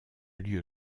lieu